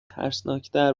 ترسناکتر